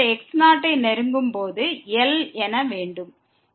x0 ஐ நெருங்கும் போது அதன் வரம்பு L ஆக இருக்கிறது